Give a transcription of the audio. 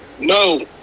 No